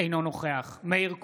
אינו נוכח מאיר כהן,